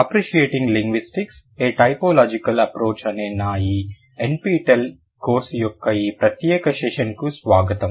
appreciating linguistics a typological approach అనే నా ఈ NPTEL కోర్సు యొక్క ఈ ప్రత్యేక సెషన్కు స్వాగతం